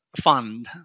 fund